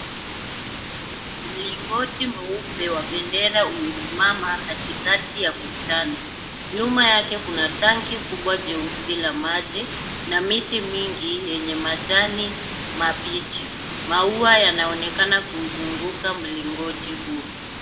Mlingoti mweupe wa bendera umesimama katikati ya bustani, nyuma yake kuna tanki kubewa jeusi la maji na miti mingi yenye majani mabichi, maua yanaonekana kuzunguka mlingoti huo.